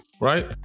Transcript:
Right